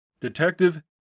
Detective